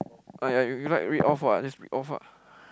!aiya! you you like read off what just read off ah